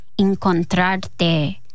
encontrarte